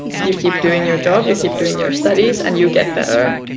you keep doing your job, you keep doing your studies and you get better.